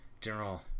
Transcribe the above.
general